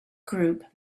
group